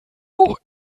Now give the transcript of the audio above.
noch